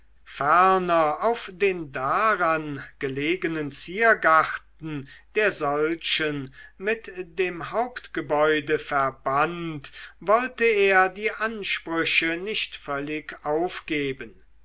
auf den daran gelegenen ziergarten der solchen mit dem hauptgebäude verband wollte er die ansprüche nicht völlig aufgeben